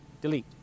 Delete